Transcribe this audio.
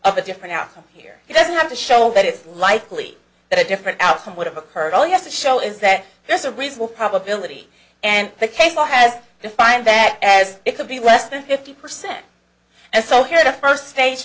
of a different outcome here it doesn't have to show that it's likely that a different outcome would have occurred all you have to show is that this is a reasonable probability and the case i have to find that as it could be less than fifty percent and so here the first stage